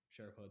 sheriffhood